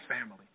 family